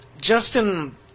Justin